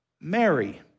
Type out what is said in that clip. Mary